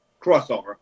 crossover